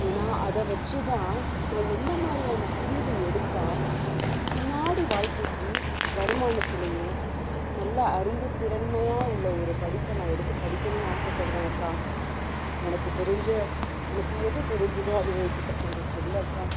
ஏன்னா அதை வச்சு தான் நான் என்ன மாதிரியான பிரிவு எடுத்தால் பின்னாடி வாழ்க்கைக்கு வருமானத்திலையும் நல்ல அறிவு திறமையாவுள்ள ஒரு படிப்ப நான் எடுத்து படிக்கணும் நான் ஆசைப்பட்றேன் அக்கா உனக்கு தெரிந்த உனக்கு எது தெரிஞ்சதோ அதை எங்க்கிட்ட கொஞ்சம் எனக்கு சொல்லக்கா